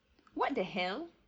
what the hell